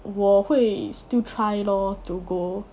我会 still try lor to go